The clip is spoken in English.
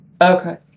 Okay